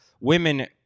women